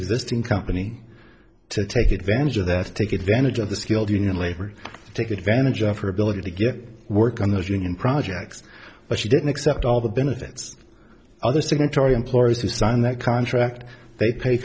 existing company to take advantage of that to take advantage of the skilled union labor to take advantage of her ability to get work on those union projects but she didn't accept all the benefits other signatory employees who signed that contract they pa